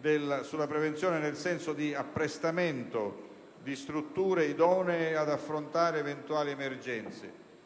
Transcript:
nel senso di apprestamento di strutture idonee ad affrontare eventuali emergenze.